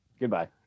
goodbye